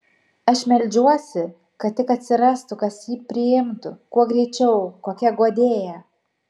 aš meldžiuosi kad tik atsirastų kas jį priimtų kuo greičiau kokia guodėja